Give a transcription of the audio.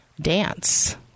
dance